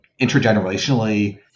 intergenerationally